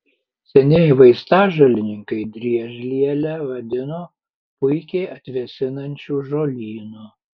senieji vaistažolininkai driežlielę vadino puikiai atvėsinančiu žolynu